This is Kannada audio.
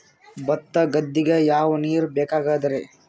ಭತ್ತ ಗದ್ದಿಗ ಯಾವ ನೀರ್ ಬೇಕಾಗತದರೀ?